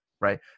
right